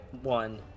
One